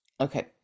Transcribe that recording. Okay